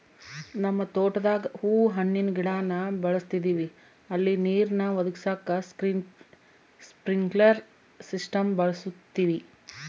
ನಮ್ ತೋಟುದಾಗ ಹೂವು ಹಣ್ಣಿನ್ ಗಿಡಾನ ಬೆಳುಸ್ತದಿವಿ ಅಲ್ಲಿ ನೀರ್ನ ಒದಗಿಸಾಕ ಸ್ಪ್ರಿನ್ಕ್ಲೆರ್ ಸಿಸ್ಟಮ್ನ ಬಳುಸ್ತೀವಿ